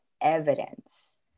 evidence